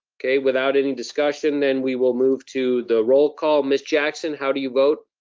okay, without any discussion then we will move to the roll call miss jackson, how do you vote?